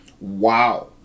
wow